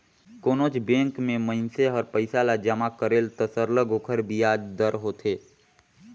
कोनोच बंेक में मइनसे हर पइसा ल जमा करेल त सरलग ओकर बियाज दर होथे